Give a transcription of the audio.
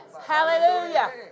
Hallelujah